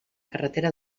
carretera